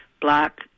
black